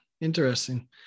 interesting